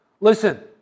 Listen